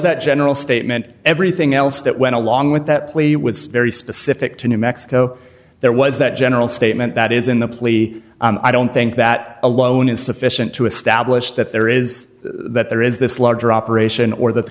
that general statement everything else that went along with that plea was very specific to new mexico there was that general statement that is in the plea i don't think that alone is sufficient to establish that there is that there is this larger operation or th